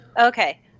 Okay